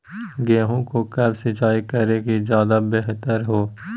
गेंहू को कब सिंचाई करे कि ज्यादा व्यहतर हो?